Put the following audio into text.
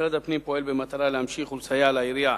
משרד הפנים פועל במטרה להמשיך ולסייע לעירייה,